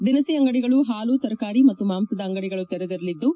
ದಿನಸಿ ಅಂಗಡಿಗಳು ಹಾಲು ತರಕಾರಿ ಮತ್ತು ಮಾಂಸದ ಅಂಗಡಿಗಳು ತೆರೆದಿರಲಿದ್ದು